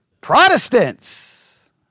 Protestants